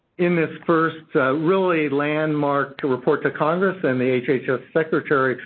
in this first, really, landmark to report to congress and the hhs secretary,